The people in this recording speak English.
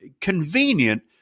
convenient